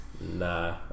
Nah